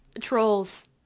Trolls